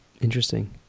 Interesting